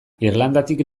irlandatik